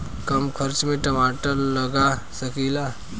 कम खर्च में टमाटर लगा सकीला?